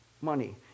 money